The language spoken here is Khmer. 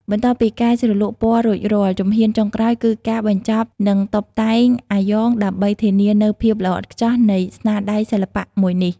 បន្ទាប់ពីការជ្រលក់ពណ៌រួចរាល់ ជំហានចុងក្រោយគឺការបញ្ចប់និងតុបតែងអាយ៉ងដើម្បីធានានូវភាពល្អឥតខ្ចោះនៃស្នាដៃសិល្បៈមួយនេះ។